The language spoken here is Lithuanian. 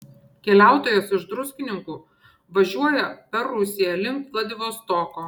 keliautojas iš druskininkų važiuoja per rusiją link vladivostoko